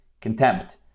contempt